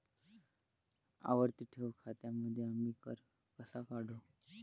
आवर्ती ठेव खात्यांमध्ये आम्ही कर कसा काढू?